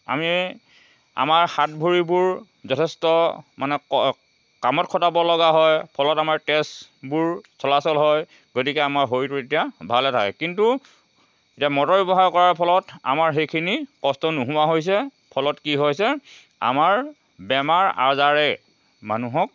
আমি আমাৰ হাত ভৰিবোৰ যথেষ্ট মানে ক মানে কামত খটাবলগা হয় ফলত আমাৰ তেজবোৰ চলাচল হয় গতিকে আমাৰ শৰীৰটো তেতিয়া ভালে থাকে কিন্তু এতিয়া মটৰ ব্যৱহাৰ কৰাৰ ফলত আমাৰ সেইখিনি কষ্ট নোহোৱা হৈছে ফলত কি হৈছে আমাৰ বেমাৰ আজাৰে মানুহক